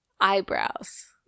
Eyebrows